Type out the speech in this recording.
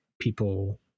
people